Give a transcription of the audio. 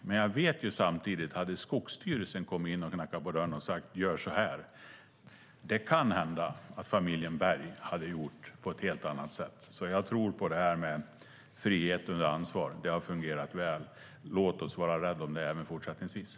Men jag vet samtidigt att om Skogsstyrelsen hade kommit och knackat på dörren och sagt "gör så här" kan det hända att familjen Berg hade gjort på ett helt annat sätt.